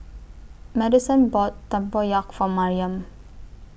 Maddison bought Tempoyak For Mariam